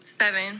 Seven